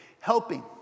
Helping